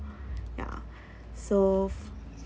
ya so